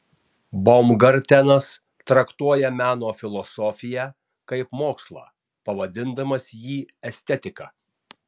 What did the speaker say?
baumgartenas traktuoja meno filosofiją kaip mokslą pavadindamas jį estetika